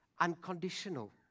unconditional